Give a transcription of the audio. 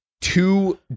two